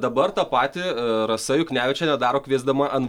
dabar tą patį rasa juknevičienė daro kviesdama an